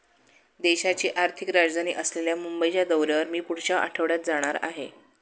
देशाची आर्थिक राजधानी असलेल्या मुंबईच्या दौऱ्यावर मी पुढच्या आठवड्यात जाणार आहे